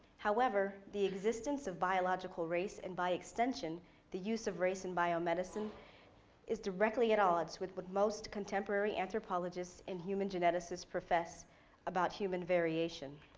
however, the existence of biological race, and by extension the use of race in biomedicine is directly at odds with what most contemporary anthropologists and human geneticists profess about human variation.